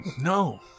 No